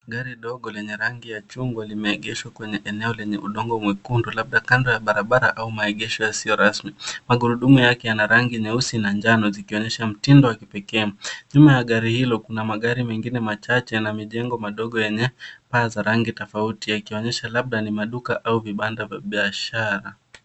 Gari dogo lenye rangi ya chungwa limeegeshwa kwenye eneo lenye udongo mwekundu labda kando ya barabara au maegesho yasio rasmi. Magurudumu yake yana rangi nyeusi na njano zikionyesha mtindo wa kipekee. Nyuma ya gari hilo kuna magari mengine machache na majengo midogo yenye paa za rangi tofauti yakionyesha labda ni maduka au vibanda vya biashara.